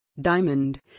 Diamond